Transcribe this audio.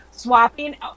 Swapping